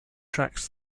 tracks